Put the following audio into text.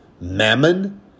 Mammon